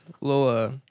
little